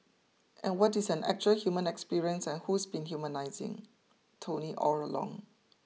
and what is an actual human experience and who's been humanising Tony all along